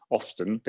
often